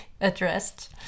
addressed